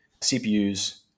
CPUs